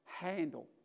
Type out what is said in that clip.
Handle